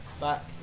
back